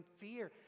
fear